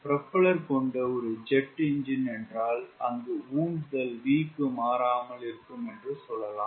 propeller கொண்ட ஒரு jet engine என்றால் அங்கு உந்துதல் V க்கு மாறாமல் இருக்கும் என்று சொல்லலாம்